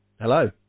hello